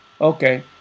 Okay